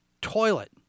toilet